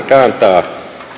kääntää